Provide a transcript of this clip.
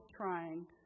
trying